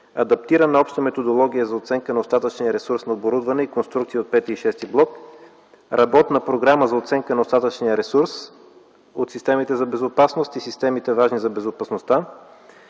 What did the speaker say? адаптирана обща методология за оценка на остатъчния ресурс на оборудване и конструкция от пети и шести блок; - работна програма за оценка на остатъчния ресурс от системите за безопасност и системите, важни за безопасността.